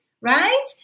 right